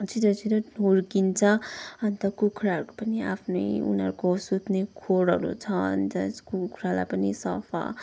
छिटो छिटो हुर्किन्छ अन्त कुखुराहरूको पनि आफ्नै उनीहरूको सुत्ने खोरहरू छ अन्त कुखुरालाई पनि सफा